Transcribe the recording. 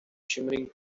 shimmering